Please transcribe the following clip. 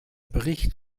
bericht